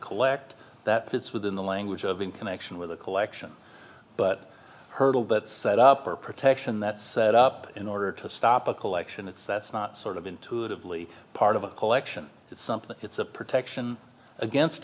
collect that fits within the language of in connection with the collection but hurdle but set up or protection that's set up in order to stop a collection it's that's not sort of intuitively part of a collection it's something it's a protection against